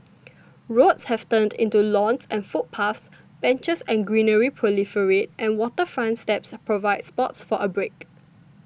roads have turned into lawns and footpaths benches and greenery proliferate and waterfront steps provide spots for a break